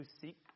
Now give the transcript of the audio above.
seek